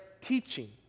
teaching